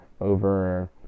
over